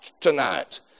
tonight